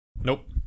Nope